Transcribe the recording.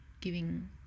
giving